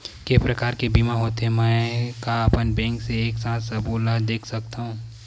के प्रकार के बीमा होथे मै का अपन बैंक से एक साथ सबो ला देख सकथन?